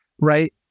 right